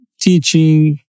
teaching